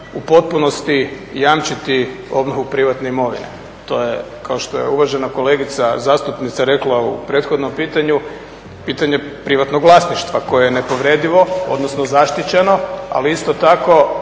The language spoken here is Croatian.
u potpunosti jamčiti obnovu privatne imovine. To je, kao što je uvažena kolegica zastupnica rekla u prethodnom pitanju, pitanje privatnog vlasništva koje je nepovredivo, odnosno zaštićeno, ali isto tako